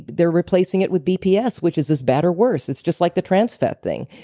they're replacing it with bps which is as bad or worse. it's just like the transfat thing.